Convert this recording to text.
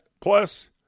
plus